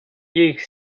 jejich